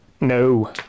no